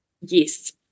yes